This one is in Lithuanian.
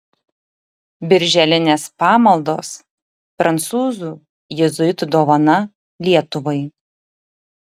birželinės pamaldos prancūzų jėzuitų dovana lietuvai